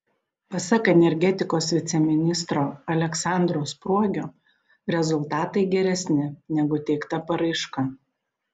pasak energetikos viceministro aleksandro spruogio rezultatai geresni negu teikta paraiška